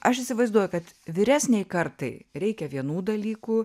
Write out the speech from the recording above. aš įsivaizduoju kad vyresnei kartai reikia vienų dalykų